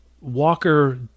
Walker